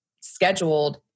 scheduled